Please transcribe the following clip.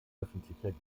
öffentlicher